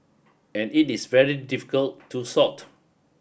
and it is very difficult to sort